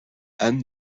anne